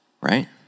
right